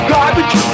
Garbage